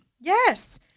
Yes